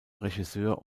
regisseur